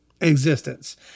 existence